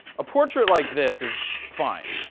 a portrait like this is fine.